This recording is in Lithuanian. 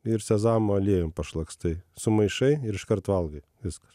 ir sezamo aliejum pašlakstai sumaišai ir iškart valgai viskas